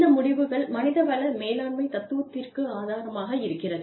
இந்த முடிவுகள் மனித வள மேலாண்மை தத்துவத்திற்கு ஆதாரமாக இருக்கிறது